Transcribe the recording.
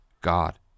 God